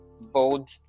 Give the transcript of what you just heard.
bold